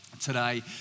today